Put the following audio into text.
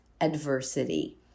adversity